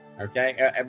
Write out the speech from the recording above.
Okay